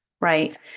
right